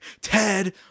Ted